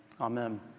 Amen